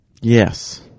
yes